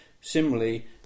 Similarly